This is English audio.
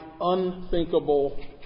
unthinkable